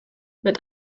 mit